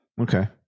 Okay